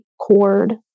cord